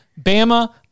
Bama